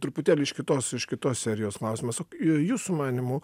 truputėlį iš kitos iš kitos serijos klausimas jūsų manymu